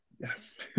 Yes